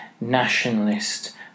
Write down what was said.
nationalist